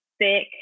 thick